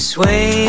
Sway